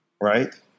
Right